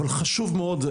אבל חשוב מאוד,